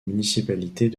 municipalités